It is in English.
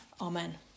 Amen